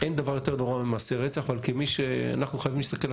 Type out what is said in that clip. אין דבר יותר נורא ממעשי רצח אבל אנחנו חייבים להסתכל על